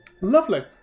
lovely